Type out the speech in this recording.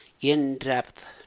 in-depth